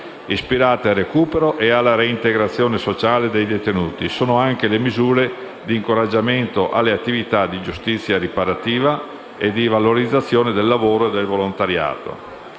Ispirate al recupero e alla reintegrazione sociale dei detenuti sono anche le misure di incoraggiamento alle attività di giustizia riparativa e di valorizzazione del lavoro e del volontariato.